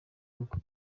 rugo